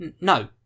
no